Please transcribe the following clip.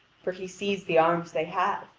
for he sees the arms they have,